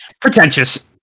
pretentious